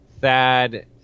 Thad